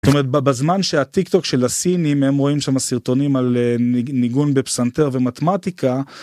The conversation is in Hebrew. בזמן שהטיק טוק של הסינים הם רואים שם סרטונים על ניגון בפסנתר ומתמטיקה.